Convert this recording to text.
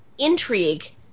intrigue